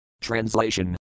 Translation